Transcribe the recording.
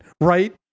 right